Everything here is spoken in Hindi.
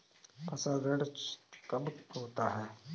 फसल चक्रण कब होता है?